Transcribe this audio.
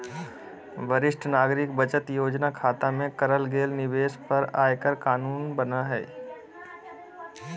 वरिष्ठ नागरिक बचत योजना खता में करल गेल निवेश पर आयकर कानून बना हइ